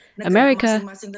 America